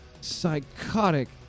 Psychotic